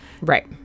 right